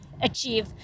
achieve